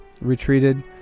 retreated